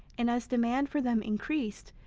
and as demand for them increased,